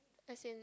as in